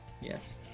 Yes